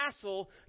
castle